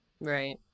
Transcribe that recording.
Right